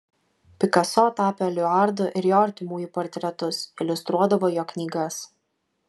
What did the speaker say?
pikaso tapė eliuaro ir jo artimųjų portretus iliustruodavo jo knygas